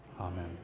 Amen